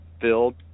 filled